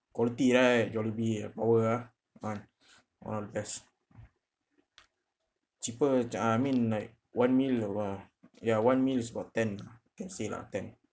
quality right jollibee ah power ah ah ah yes cheaper ch~ uh I mean like one meal of uh ya one meal is about ten lah can say lah ten